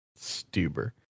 Stuber